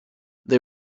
they